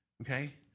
Okay